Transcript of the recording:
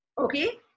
okay